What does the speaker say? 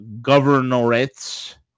governorates